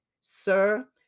Sir